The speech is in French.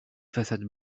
façades